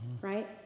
right